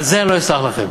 על זה אני לא אסלח לכם: